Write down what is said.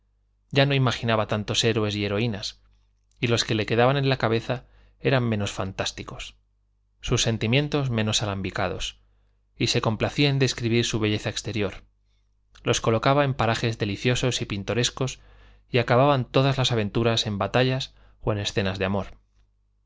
ya no imaginaba tantos héroes y heroínas y los que le quedaban en la cabeza eran menos fantásticos sus sentimientos menos alambicados y se complacía en describir su belleza exterior los colocaba en parajes deliciosos y pintorescos y acababan todas las aventuras en batallas o en escenas de amor